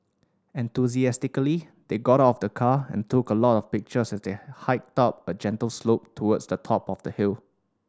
enthusiastically they got out of the car and took a lot of pictures as they hiked up a gentle slope towards the top of the hill